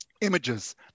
images